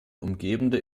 umgebende